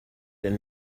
and